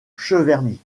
cheverny